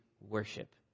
worship